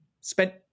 spent